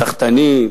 סחטנים,